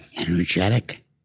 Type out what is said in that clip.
energetic